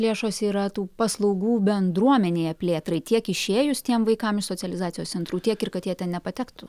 lėšos yra tų paslaugų bendruomenėje plėtrai tiek išėjus tiem vaikam socializacijos centrų tiek ir kad jie ten nepatektų